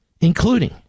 including